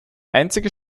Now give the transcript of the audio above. einzige